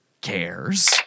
cares